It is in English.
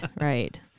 right